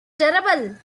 terrible